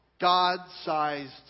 God-sized